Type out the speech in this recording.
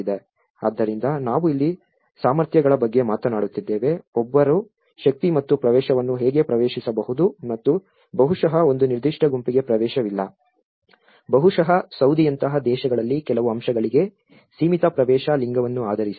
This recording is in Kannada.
ಆದ್ದರಿಂದ ನಾವು ಇಲ್ಲಿ ಸಾಮರ್ಥ್ಯಗಳ ಬಗ್ಗೆ ಮಾತನಾಡುತ್ತಿದ್ದೇವೆ ಒಬ್ಬರು ಶಕ್ತಿ ಮತ್ತು ಪ್ರವೇಶವನ್ನು ಹೇಗೆ ಪ್ರವೇಶಿಸಬಹುದು ಮತ್ತು ಬಹುಶಃ ಒಂದು ನಿರ್ದಿಷ್ಟ ಗುಂಪಿಗೆ ಪ್ರವೇಶವಿಲ್ಲ ಬಹುಶಃ ಸೌದಿಯಂತಹ ದೇಶಗಳಲ್ಲಿ ಕೆಲವು ಅಂಶಗಳಿಗೆ ಸೀಮಿತ ಪ್ರವೇಶ ಲಿಂಗವನ್ನು ಆಧರಿಸಿದೆ